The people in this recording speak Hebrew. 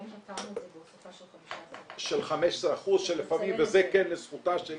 אבל כן פתרנו את זה בהופעה של 15%. וזה כן לזכותה של